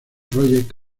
project